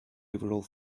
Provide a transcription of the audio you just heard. overall